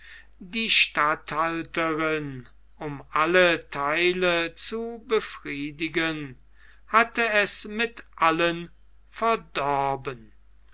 die statthalterin um alle theile zu befriedigen hatte es mit allen verdorben